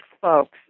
folks